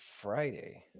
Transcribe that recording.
Friday